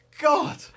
God